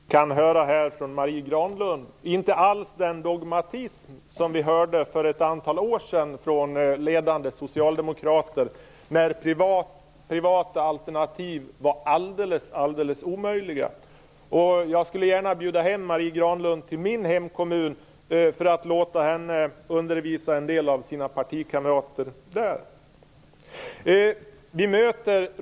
Fru talman! Det är en mycket glädjande omsvängning som vi kan höra från Marie Granlund. Det är inte alls den dogmatism som vi hörde för ett antal år sedan från ledande socialdemokrater när privata alternativ var alldeles omöjliga. Jag skulle gärna bjuda hem Marie Granlund till min hemkommun, så att hon kunde undervisa en del av sina partikamrater där.